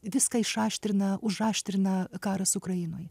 viską išaštrina užaštrina karas ukrainoje